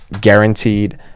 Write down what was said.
guaranteed